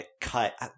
cut